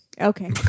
Okay